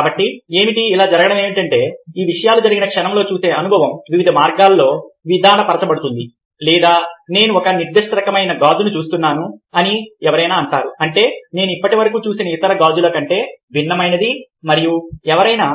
కాబట్టి ఏమిటి ఇలా జరగడం ఏంటంటే ఈ విషయాలు జరిగిన క్షణంలో చూసే అనుభవం వివిధ మార్గాల్లో విధాన పరచబడుతుంది లేదా నేను ఒక నిర్దిష్ట రకమైన గాజును చూస్తున్నాను అని ఎవరైనా అంటారు అంటే నేను ఇప్పటివరకు చూసిన ఇతర రకాల గాజుల కంటే భిన్నమైనది మరియు ఎవరైనా